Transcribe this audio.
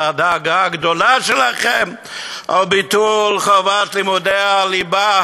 הדאגה הגדולה שלכם מביטול חובת לימודי הליבה